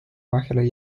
vahele